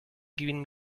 giving